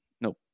Nope